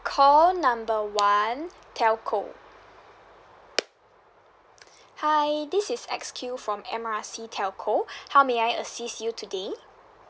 call number one telco hi this is X_Q from M R C telco how may I assist you today